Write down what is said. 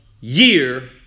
year